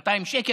1,200 שקל.